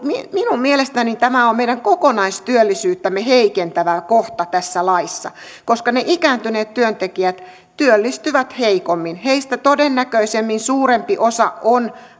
minun mielestäni tämä on meidän kokonaistyöllisyyttämme heikentävä kohta tässä laissa koska ne ikääntyneet työntekijät työllistyvät heikommin heistä todennäköisemmin suurempi osa on